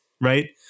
Right